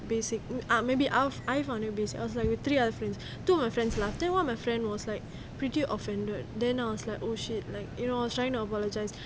basic ah maybe I I find it basic I was with three other friends two of my friends laugh then one of my friend was like pretty offended then I was like oh shit like you know should I apologise